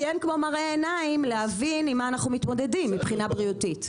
כי אין כמו מראה עיניים להבין עם מה אנחנו מתמודדים מבחינה בריאותית.